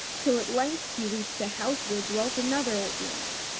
till at length he reached a house where dwelt another old woman.